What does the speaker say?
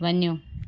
वञो